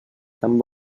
tan